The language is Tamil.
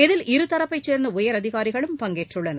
இதில் இருதரப்பைச் சேர்ந்த உயர் அதிகாரிகளும் பங்கேற்றுள்ளனர்